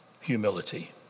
humility